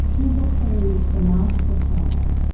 there was also the master planner,